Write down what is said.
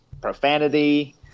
profanity